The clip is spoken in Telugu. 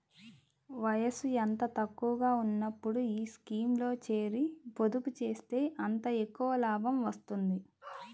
వయసు ఎంత తక్కువగా ఉన్నప్పుడు ఈ స్కీమ్లో చేరి, పొదుపు చేస్తే అంత ఎక్కువ లాభం వస్తుంది